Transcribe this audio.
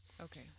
okay